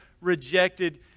rejected